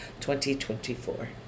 2024